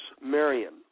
Marion